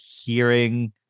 hearing